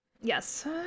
Yes